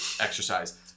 exercise